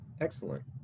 Excellent